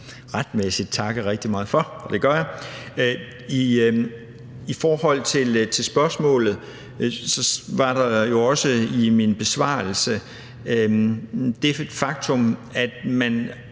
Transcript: retmæssigt takke rigtig meget for, og det gør jeg. I forhold til spørgsmålet nævnte jeg også i min besvarelse det faktum, at man